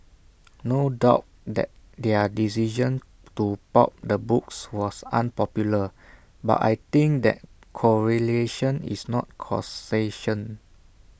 no doubt the their decision to pulp the books was unpopular but I think that correlation is not causation